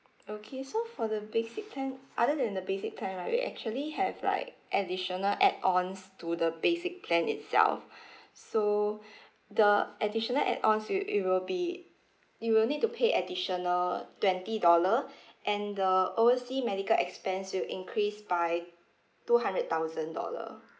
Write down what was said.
okay so for the basic plan other than the basic plan right we actually have like additional add-ons to the basic plan itself so the additional add-ons it it will be you'll need to pay additional twenty dollar and the oversea medical expense will increase by two hundred thousand dollar